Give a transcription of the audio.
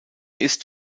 ist